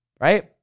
right